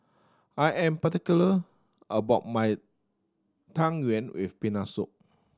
I am particular about my Tang Yuen with Peanut Soup